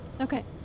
Okay